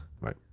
right